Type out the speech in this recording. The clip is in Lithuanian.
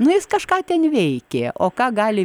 nu jis kažką ten veikė o ką gali